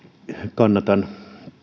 kannatan